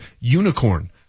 unicorn